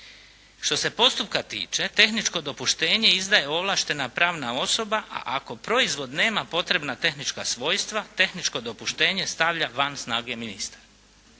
Što se postupka tiče, tehničko dopuštenje izdaje ovlaštena pravna osoba, a ako proizvod nema potrebna tehnička svojstva, tehničko dopuštenje stavlja van snage ministra.